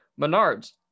Menards